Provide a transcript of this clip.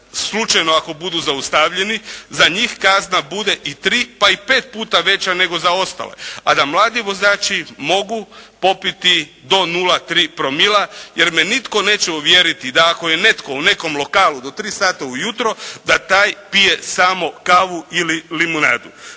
slučajno ako budu zaustavljeni za njih kazna bude i 3 pa i 5 puta veća nego za ostale, a da mladi vozači mogu popiti do 0,3 promila jer me nitko neće uvjeriti da ako je netko u nekom lokalu do 3 sata ujutro, da taj pije samo kavu ili limunadu.